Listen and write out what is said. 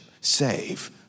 save